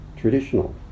Traditional